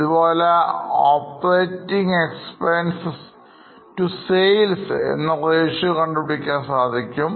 ഇതുപോലെ operating expense to Sales എന്ന Ratio കണ്ടുപിടിക്കാൻ സാധിക്കും